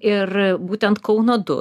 ir būtent kauno du